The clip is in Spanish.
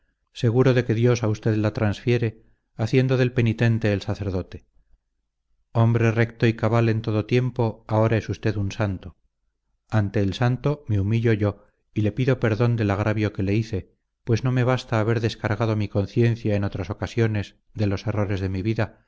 seguro de que dios a usted la transfiere haciendo del penitente el sacerdote hombre recto y cabal en todo tiempo ahora es usted un santo ante el santo me humillo yo y le pido perdón del agravio que le hice pues no me basta haber descargado mi conciencia en otras ocasiones de los errores de mi vida